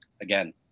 again